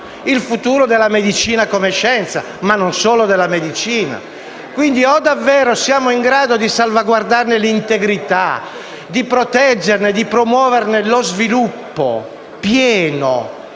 il futuro della medicina come scienza (e non solo della medicina). O davvero siamo in grado di salvaguardarne l'integrità, di proteggerne e di promuoverne lo sviluppo pieno,